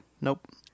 Nope